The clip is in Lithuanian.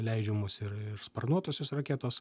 leidžiamos ir ir sparnuotosios raketos